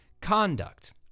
conduct